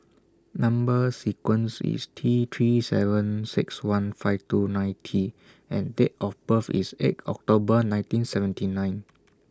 Number sequence IS T three seven six one five two nine T and Date of birth IS eight October nineteen seventy nine